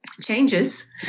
Changes